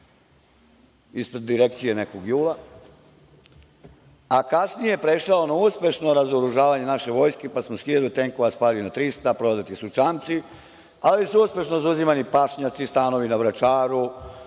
ispred direkcije nekog JUL-a, a kasnije prešao na uspešno razoružavanje naše vojske, pa smo sa 1000 tenkova spali na 300, prodati su čamci, ali su uspešno zauzimani pašnjaci, stanovi na Vračaru,